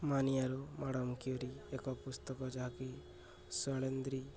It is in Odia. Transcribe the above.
ମାନିଆରୁ ମ୍ୟାଡ଼ମ୍ କ୍ୟୁରି ଏକ ପୁସ୍ତକ ଯାହାକି ଶୈଳେନ୍ଦ୍ରୀ